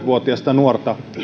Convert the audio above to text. vuotiasta nuorta